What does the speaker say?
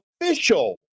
official